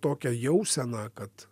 tokią jauseną kad